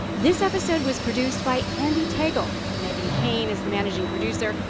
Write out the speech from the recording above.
this episode was produced by andee tagle. meghan keane is the managing producer.